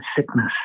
sickness